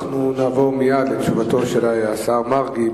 אנחנו נעבור מייד לתשובתו של השר מרגי,